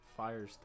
Firestorm